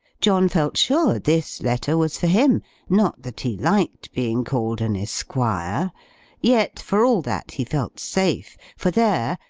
john felt sure this letter was for him not that he liked being called an esquire yet, for all that, he felt safe, for there,